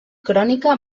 crònica